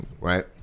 Right